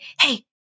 hey